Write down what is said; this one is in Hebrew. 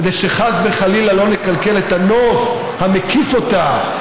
כדי שחס וחלילה לא נקלקל את הנוף המקיף אותה,